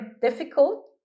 difficult